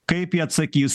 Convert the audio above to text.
kaip ji atsakys